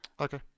Okay